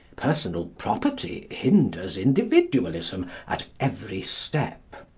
personal property hinders individualism at every step